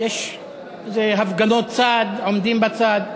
זה הפגנות צד, עומדים בצד.